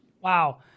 Wow